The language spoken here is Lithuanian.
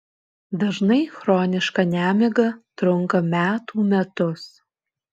dažnai chroniška nemiga trunka metų metus